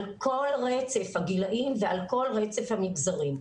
על כל רצף הגילים ועל כל רצף המגזרים.